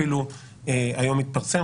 אפילו היום התפרסם,